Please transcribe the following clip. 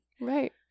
Right